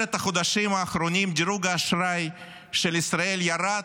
בעשרת החודשים האחרונים דירוג האשראי של ישראל ירד